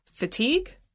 fatigue